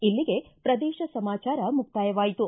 ಇಲ್ಲಿಗೆ ಪ್ರದೇಶ ಸಮಾಚಾರ ಮುಕ್ತಾಯವಾಯಿತು